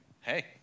Hey